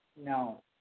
No